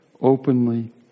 openly